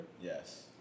Yes